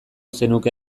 zenuke